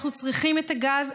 אנחנו צריכים את הגז,